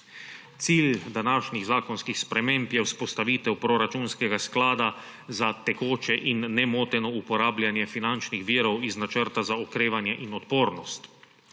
Cilj današnjih zakonskih sprememb je vzpostavitev proračunskega sklada za tekoče in nemoteno uporabljanje finančnih virov iz Načrta za okrevanje in odpornost,